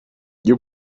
you